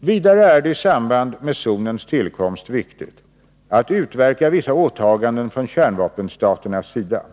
Vidare är det i samband med zonens tillkomst viktigt att utverka vissa åtaganden från kärnvapenstaternas sida.